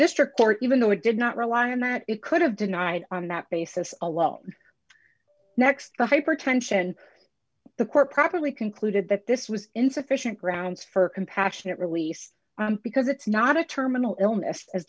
district court even though it did not rely on that it could have denied on that basis alone next hypertension the court properly concluded that this was insufficient grounds for compassionate release because it's not a terminal illness as